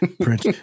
Prince